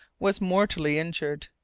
was mortally injured.